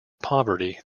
poverty